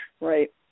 right